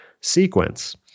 sequence